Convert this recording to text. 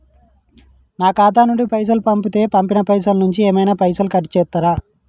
నా ఖాతా నుండి పైసలు పంపుతే పంపిన పైసల నుంచి ఏమైనా పైసలు కట్ చేత్తరా?